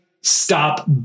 stop